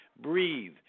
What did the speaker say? breathe